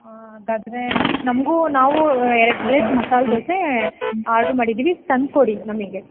ಹಾಂ ಹಾಗಾದರೆ ನಮಗೂ ನಾವು ಎರಡು ಪ್ಲೇಟ್ ಮಸಾಲೆ ದೋಸೆ ಆಡ್ರ್ ಮಾಡಿದ್ದೀವಿ ತಂದು ಕೊಡಿ ನಮಗೆ